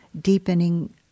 deepening